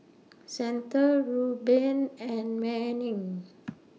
Santa Reuben and Manning